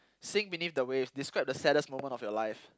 sing beneath the waves describe the saddest moment of your life